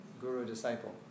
guru-disciple